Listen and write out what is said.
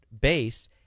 base